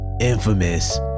infamous